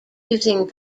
using